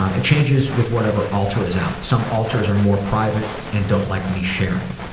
it changes with whatever alter is out. some alters are more private and don't like me sharing.